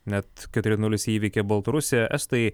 net keturi nulis įveikė baltarusiją estai